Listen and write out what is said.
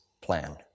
plan